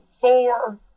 four